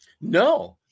no